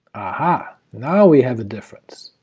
aha! now we have a difference.